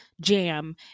jam